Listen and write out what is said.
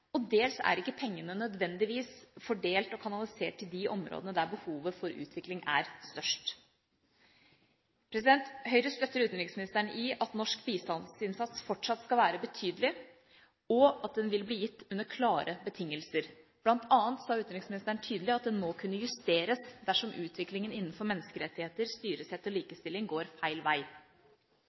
og dels er ikke pengene nødvendigvis fordelt og kanalisert til de områdene der behovet for utvikling er størst. Høyre støtter utenriksministeren i at norsk bistandsinnsats fortsatt skal være betydelig, og at den vil bli gitt under klare betingelser. Blant annet sa utenriksministeren tydelig at det må kunne justeres dersom utviklingen innenfor menneskerettigheter, styresett og likestilling går feil vei.